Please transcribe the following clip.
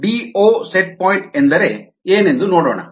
DO set point ಎಂದರೆ ಏನೆಂದು ನೋಡೋಣ